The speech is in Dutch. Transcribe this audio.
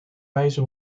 wijze